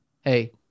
hey